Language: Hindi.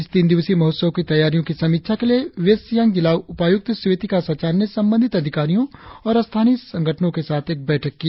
इस तीन दिवसीय महोत्सव की तैयारियों की समीक्षा के लिए वेस्ट सियांग जिला उपायुक्त स्वेतिका सचान ने संबंधित अधिकारियों और स्थानीय संगठनो के साथ एक बैठक की